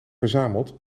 verzameld